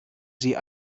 sie